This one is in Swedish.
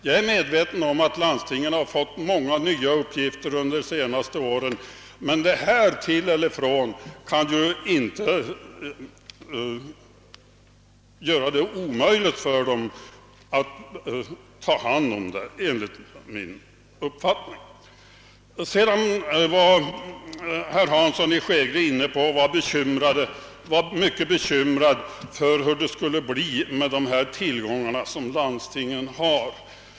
Jag är medveten om att landstingen har fått många nya uppgifter under de senaste åren, men det bör inte vara omöjligt för dem att ta hand om också denna uppgift. Herr Hansson i Skegrie var mycket bekymrad för hur det skulle bli med de tillgångar som hushållningssällskapen har.